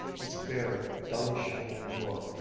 its bare, dully shining floor,